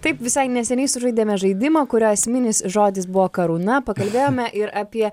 taip visai neseniai sužaidėme žaidimą kurio esminis žodis buvo karūna pakalbėjome ir apie